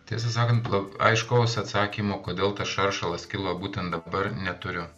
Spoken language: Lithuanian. tiesą sakant la aiškaus atsakymo kodėl tas šaršalas kilo būtent dabar neturiu